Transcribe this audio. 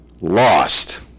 lost